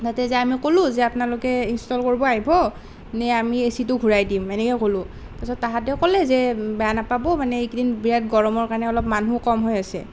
তাতে যাই আমি কলোঁ যে আপোনালোকে ইনষ্টল কৰিব আহিব নে আমি এচিটো ঘুৰাই দিম এনেকে ক'লোঁ তাৰপিছত তাহাঁতেও ক'লে যে বেয়া নাপাব মানে এইকেইদিন বিৰাট গৰমৰ কাৰণে অলপ মানুহ কম হৈ আছে